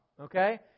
Okay